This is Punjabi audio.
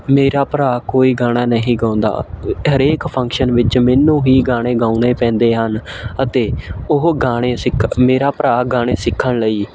ਮੇਰਾ ਭਰਾ ਕੋਈ ਗਾਣਾ ਨਹੀਂ ਗਾਉਂਦਾ ਹਰੇਕ ਫੰਕਸ਼ਨ ਵਿੱਚ ਮੈਨੂੰ ਹੀ ਗਾਣੇ ਗਾਉਣੇ ਪੈਂਦੇ ਹਨ ਅਤੇ ਉਹ ਗਾਣੇ ਸਿੱਖ ਮੇਰਾ ਭਰਾ ਗਾਣੇ ਸਿੱਖਣ ਲਈ